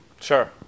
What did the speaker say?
Sure